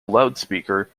loudspeaker